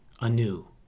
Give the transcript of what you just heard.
anew